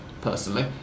personally